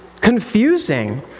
confusing